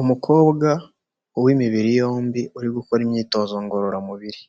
Umukobwa w'imibiri yombi, uri gukora imyitozo ngororamubiri,